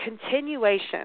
continuation